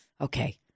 Okay